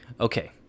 okay